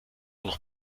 noch